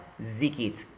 zikit